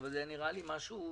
משהו הזוי.